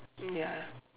ya